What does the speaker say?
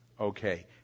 Okay